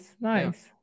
Nice